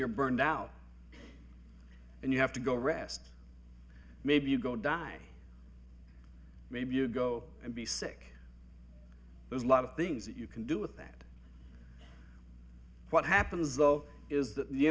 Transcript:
you're burned out and you have to go rest maybe you go die maybe you go and be sick there's a lot of things you can do with that what happens though is that the